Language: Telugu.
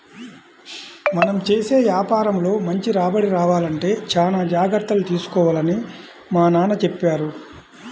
మనం చేసే యాపారంలో మంచి రాబడి రావాలంటే చానా జాగర్తలు తీసుకోవాలని మా నాన్న చెప్పారు